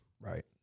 Right